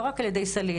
לא רק על ידי "סלעית",